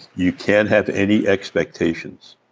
you can't have any expectations.